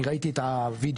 אני ראיתי את הווידאו,